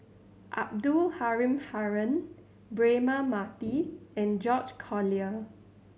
Abdul Halim Haron Braema Mathi and George Collyer